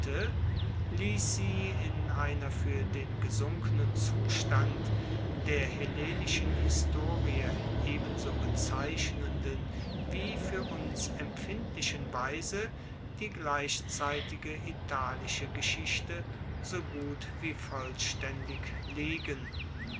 sie in einer fuer den gesunkenen zustand der hellenischen historie ebenso bezeichnenden wie fuer uns empfindlichen weise die gleichzeitige italische geschichte so gut wie vollstaendig liegen